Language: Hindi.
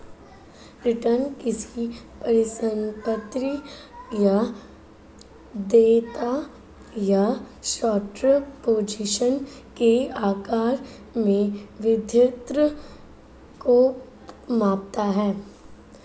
रिटर्न किसी परिसंपत्ति या देयता या शॉर्ट पोजीशन के आकार में वृद्धि को मापता है